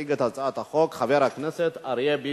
יציג את הצעת החוק חבר הכנסת אריה ביבי.